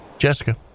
Jessica